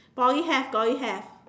Poly have Poly have